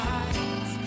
eyes